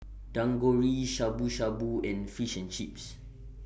Shabu Shabu and Fish and Chips